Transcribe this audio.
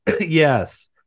Yes